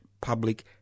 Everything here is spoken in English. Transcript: public